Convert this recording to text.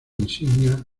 insignia